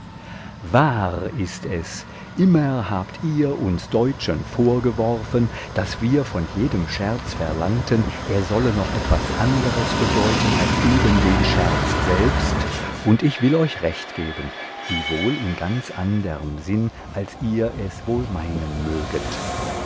wahr ist es immer habt ihr uns deutschen vorgeworfen daß wir von jedem scherz verlangten er solle noch etwas anderes bedeuten als eben den scherz selbst und ich will euch recht geben wiewohl in ganz anderm sinn als ihr es wohl meinen möget